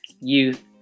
Youth